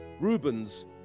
Rubens